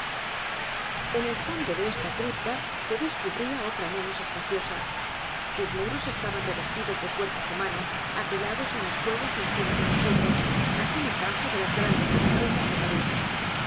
en el fondo de esta cripta se descubría otra menos espaciosa sus muros estaban revestidos de cuerpos h u m a n o s apilados en las cuevas encima de nosotros á semejanza de las grandes catacumbas de